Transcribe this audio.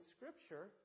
Scripture